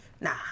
Nah